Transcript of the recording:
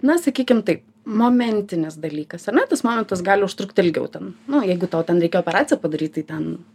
na sakykim taip momentinis dalykas ar ne tas momentas gali užtrukti ilgiau ten nu jeigu tau ten reikėjo operaciją padaryt tai ten